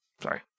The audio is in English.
Sorry